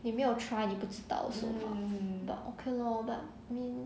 你没有 try 你不知道是吗 but okay lor but mm